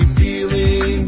feeling